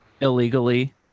illegally